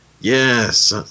yes